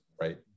right